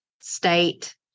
state